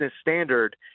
standard